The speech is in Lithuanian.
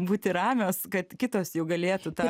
būti ramios kad kitos jau galėtų tą